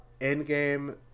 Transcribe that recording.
Endgame